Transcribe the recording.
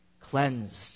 cleansed